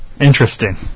Interesting